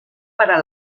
para